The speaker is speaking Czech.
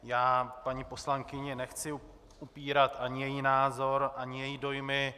Já paní poslankyni nechci upírat ani její názor ani její dojmy.